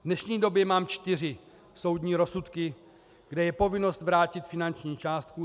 V dnešní době mám čtyři soudní rozsudky, kde je povinnost vrátit finanční částku.